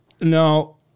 Now